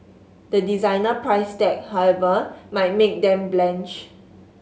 the designer price tag however might make them blanch